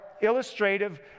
illustrative